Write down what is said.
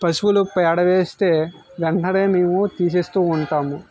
పశువులు పేడ వేస్తే వెంటనే మేము తీసేస్తూ ఉంటాము